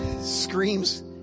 screams